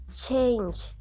change